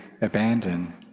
abandon